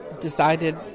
decided